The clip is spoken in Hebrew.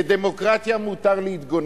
לדמוקרטיה מותר להתגונן.